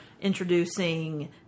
introducing